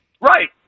Right